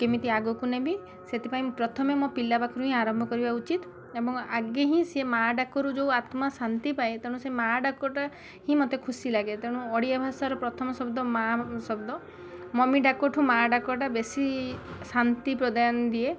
କେମିତି ଆଗକୁ ନେବି ସେଥିପାଇଁ ପ୍ରଥମେ ମୋ ପିଲା ପାଖରୁ ହିଁ ଆରମ୍ଭ କରିବା ଉଚିତ ଏବଂ ଆଗେ ହିଁ ସେ ମାଆ ଡାକରୁ ଯେଉଁ ଆତ୍ମା ଶାନ୍ତି ପାଏ ତେଣୁ ସେ ମାଆ ଡାକଟା ହିଁ ମୋତେ ଖୁସି ଲାଗେ ତେଣୁ ଓଡ଼ିଆ ଭାଷାର ପ୍ରଥମ ଶବ୍ଦ ମାଆ ଶବ୍ଦ ମମି ଡାକ ଠୁ ମାଆ ଡାକଟା ବେଶୀ ଶାନ୍ତି ପ୍ରଦାନ ଦିଏ